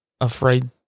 afraid